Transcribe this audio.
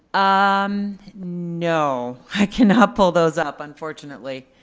um no, i cannot pull those up, unfortunately,